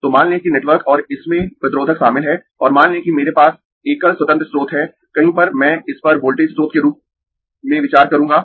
तो मान लें कि नेटवर्क और इसमें प्रतिरोधक शामिल है और मान लें कि मेरे पास एकल स्वतंत्र स्रोत है कहीं पर मैं इस पर वोल्टेज स्रोत के रूप में विचार करूंगा